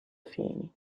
fini